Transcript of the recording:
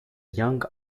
young